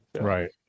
right